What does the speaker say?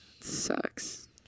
Sucks